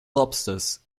lobsters